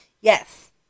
Yes